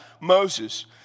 Moses